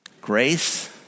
grace